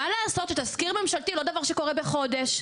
מה לעשות שתזכיר ממשלתי זה לא דבר שקורה בחודש?